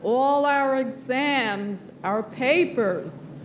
all our exams, our papers,